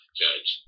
judge